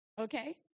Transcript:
Okay